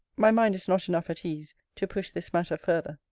my mind is not enough at ease to push this matter further.